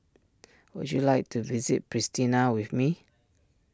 would you like to visit Pristina with me